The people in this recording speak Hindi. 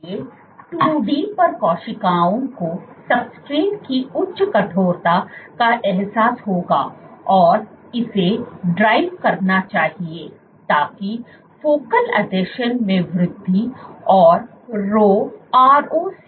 इसलिए 2 डी पर कोशिकाओं को सब्सट्रेट की उच्च कठोरता का एहसास होगा और इसे ड्राइव करना चाहिए ताकि फोकल आसंजन में वृद्धि और Rho ROCK सिग्नल में वृद्धि हो